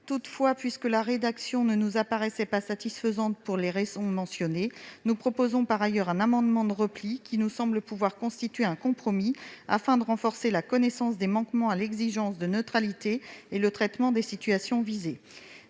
Toutefois, puisque la rédaction ne nous apparaissait pas satisfaisante pour les raisons mentionnées, nous proposons par ailleurs un amendement de repli, qui nous semble pouvoir constituer un compromis, afin de renforcer la connaissance des manquements à l'exigence de neutralité, ainsi que le traitement des situations visées.